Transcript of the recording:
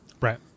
Right